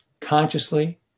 consciously